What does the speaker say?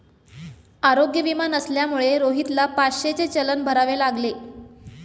आरोग्य विमा नसल्यामुळे रोहितला पाचशेचे चलन भरावे लागले